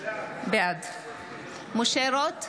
בעד משה רוט,